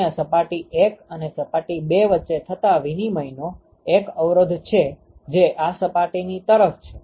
ત્યાં સપાટી 1 અને સપાટી 2 વચ્ચે થતા વિનિમયનો એક અવરોધ છે જે આ સપાટીની તરફ છે